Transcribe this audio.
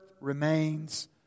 remains